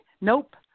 nope